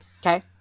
Okay